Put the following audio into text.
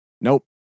Nope